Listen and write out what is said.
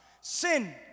Sin